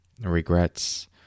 regrets